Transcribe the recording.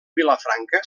vilafranca